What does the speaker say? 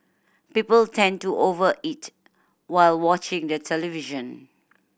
people tend to over eat while watching the television